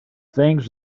things